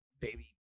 baby